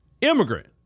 immigrant